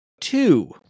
two